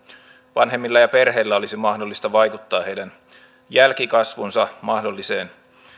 vanhemmilla ja perheillä olisi mahdollisuus vaikuttaa heidän jälkikasvunsa mahdolliseen